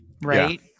right